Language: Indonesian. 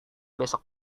besok